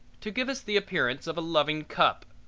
to give us the appearance of a loving cup.